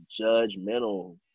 judgmental –